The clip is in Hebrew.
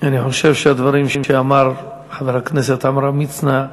אני חושב שהדברים שאמר חבר הכנסת עמרם מצנע,